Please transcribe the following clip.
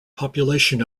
population